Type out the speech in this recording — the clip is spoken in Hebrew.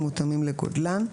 ומותאמים לגודלן.